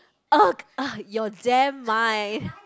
!ugh! ah your damn mind